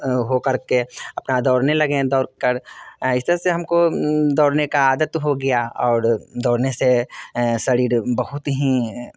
हो कर के अपना दौड़ने लगें दौड़ कर ऐसे ऐसे हम को दौड़ने का आदत हो गया और दौड़ने से शरीर बहुत ही